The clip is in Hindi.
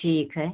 ठीक है